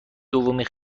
دومین